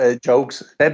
jokes